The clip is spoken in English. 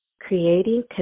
Creating